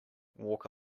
walk